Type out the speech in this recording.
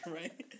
right